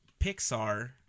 Pixar